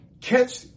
catch